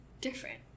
different